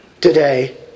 today